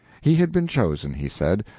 he had been chosen, he said,